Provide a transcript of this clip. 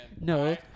No